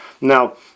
now